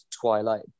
twilight